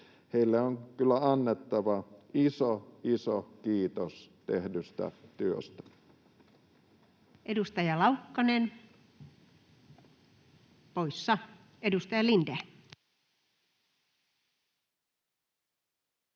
Heille on kyllä annettava iso, iso kiitos tehdystä työstä. Edustaja Laukkanen poissa. — Edustaja Lindén.